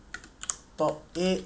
top eight